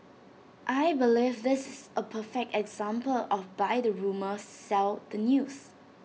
I believe this is A perfect example of buy the rumour sell the news